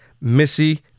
missy